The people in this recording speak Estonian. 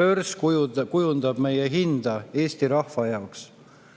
börs kujundab hinda Eesti rahva jaoks.